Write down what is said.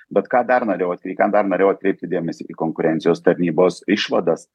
bet ką dar norėjau vat į ką dar norėjau atkreipti dėmesį į konkurencijos tarnybos išvadas